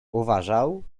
uważał